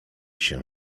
się